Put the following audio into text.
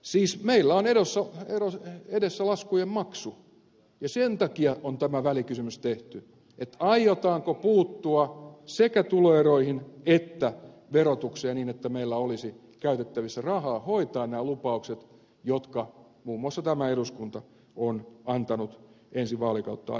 siis meillä on edessä laskujen maksu ja sen takia on tämä välikysymys tehty että aiotaanko puuttua sekä tuloeroihin että verotukseen niin että meillä olisi käytettävissä rahaa hoitaa nämä lupaukset jotka muun muassa tämä eduskunta on antanut ensi vaalikautta ajatellen